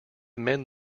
mend